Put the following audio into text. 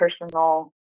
personal